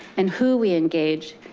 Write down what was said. and who we engage,